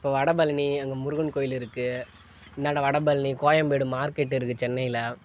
இப்போ வடபழனி அங்கே முருகன் கோவில் இருக்குது இந்தாண்டை வடபழனி கோயம்பேடு மார்க்கெட்டிருக்குது சென்னையில